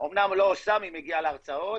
אמנם לא סאמי מגיע להרצאות,